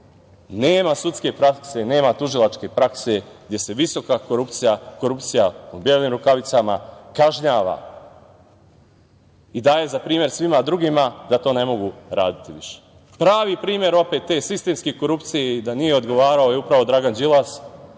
sudske prakse, nema tužilačke prakse gde se visoka korupcija, korupcija u belim rukavicama kažnjava i daje za primer svima drugima da to ne mogu raditi više. Prvi primer opet te sistemske korupcije i da nije odgovarao je upravo Dragan Đilas,